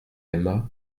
aima